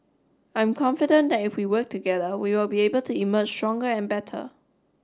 I'm confident that if we work together we will be able to emerge stronger and better